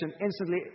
instantly